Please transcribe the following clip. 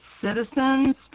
citizens